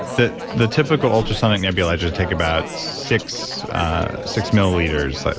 the the typical ultrasonic nebulizers take about six six milliliters, like